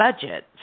budget